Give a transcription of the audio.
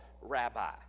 rabbi